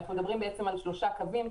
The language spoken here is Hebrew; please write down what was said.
אנחנו מדברים על שלושה קווים,